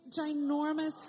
ginormous